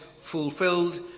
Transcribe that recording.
fulfilled